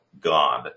God